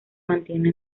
mantiene